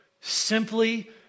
Simply